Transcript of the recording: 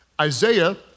Isaiah